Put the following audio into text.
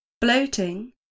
bloating